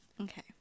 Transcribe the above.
Okay